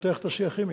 לפתח תעשייה כימית.